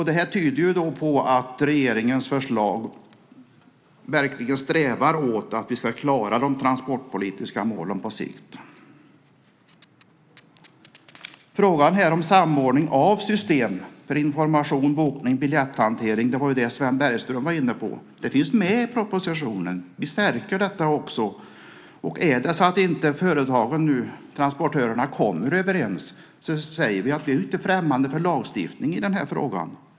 Det här tyder på att regeringens förslag verkligen strävar åt att vi ska klara de transportpolitiska målen på sikt. Frågan om samordning av system för information, biljetthantering och bokning - det Sven Bergström var inne på - finns med i propositionen. Vi stärker också detta. Är det så att transportörerna inte kommer överens säger vi att vi inte är främmande för lagstiftning i denna fråga.